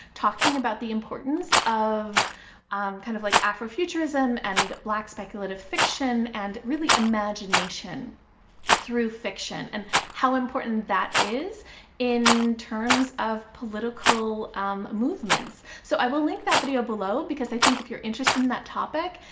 talking about the importance of um kind of like afrofuturism, and black speculative fiction, and really imagination through fiction, and how important that is in terms of political movements. so i will link that video below because i think if you're interested in that topic,